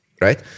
right